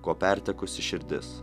ko pertekusi širdis